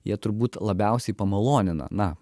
jie turbūt labiausiai pamalonina na